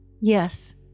Yes